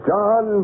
John